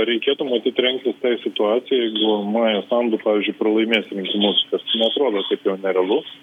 reikėtų matyt rengtis tai situacijai jeigu maja sandu pavyzdžiui pralaimės rinkimus kas neatrodo taip jau nerealu